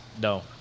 No